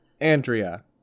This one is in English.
Andrea